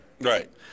Right